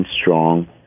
strong